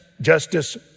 justice